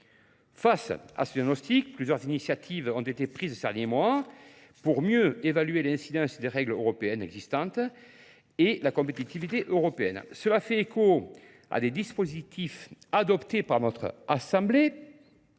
Face à ce diagnostic, plusieurs initiatives ont été prises ces derniers mois pour mieux évaluer l'incidence des règles européennes existantes et la compétitivité européenne. Cela fait écho à des dispositifs adoptés par notre assemblée